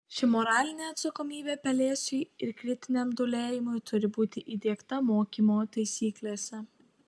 ši moralinė atsakomybė pelėsiui ir kritiniam dūlėjimui turi būti įdiegta mokymo taisyklėse